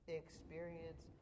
experience